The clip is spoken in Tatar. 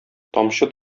тамчы